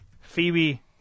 Phoebe